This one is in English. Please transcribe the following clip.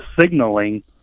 signaling